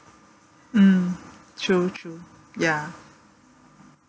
mm true true ya